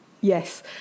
Yes